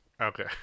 Okay